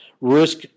risk